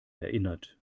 erinnert